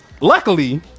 Luckily